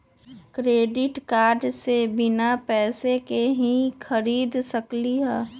Credit card से बिना पैसे के ही खरीद सकली ह?